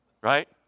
Right